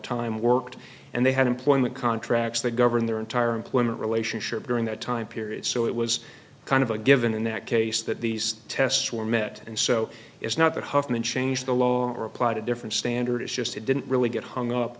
time worked and they had employment contracts that govern their entire employment relationship during that time period so it was kind of a given in that case that these tests were met and so it's not that huffman changed the law or applied a different standard it's just it didn't really get hung up